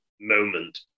moment